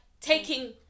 taking